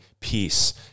peace